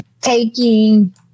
taking